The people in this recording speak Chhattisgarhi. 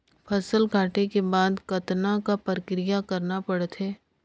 फसल काटे के बाद कतना क प्रक्रिया करना पड़थे?